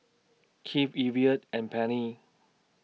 Kipp Evia and Penny